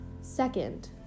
Second